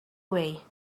way